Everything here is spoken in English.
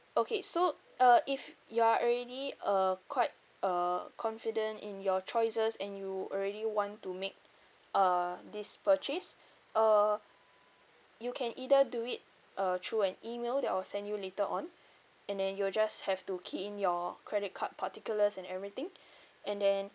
okay so uh if you're already uh quite uh confident in your choices and you already want to make uh this purchase uh you can either do it uh through an email that I will send you later on and then you just have to key in your credit card particulars and everything and then